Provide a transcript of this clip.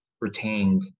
retained